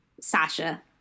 Sasha